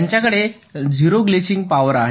त्यांच्याकडे 0 glitching power असेल